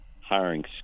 hiring